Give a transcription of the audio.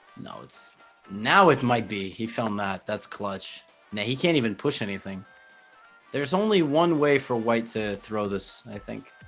no it's now it might be he found that that's clutch now he can't even push anything there's only one way for white to throw this i think